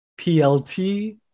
PLT